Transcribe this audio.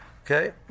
Okay